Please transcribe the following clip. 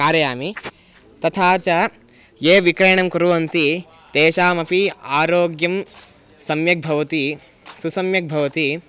कारयामि तथा च ये विक्रयणं कुर्वन्ति तेषामपि आरोग्यं सम्यक् भवति सुसम्यक् भवति